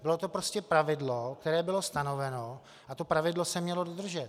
Bylo to prostě pravidlo, které bylo stanoveno, a to pravidlo se mělo dodržet.